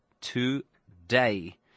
today